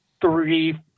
three